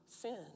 sin